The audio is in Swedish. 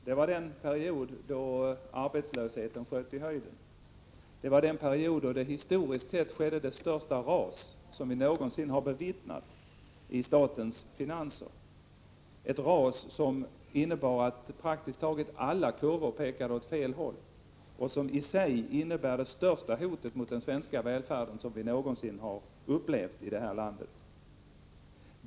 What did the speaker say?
Det var den period då arbetslösheten sköt i höjden, då det historiskt sett största raset vi någonsin bevittnat inträffade i statens finanser, ett ras som innebar att praktiskt taget alla kurvor pekade åt fel håll. Detta innebar i sig det största hotet mot den svenska välfärden som vi någonsin upplevt i detta land.